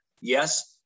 yes